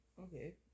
Okay